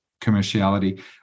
commerciality